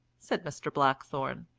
said mr. blackthorne.